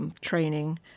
training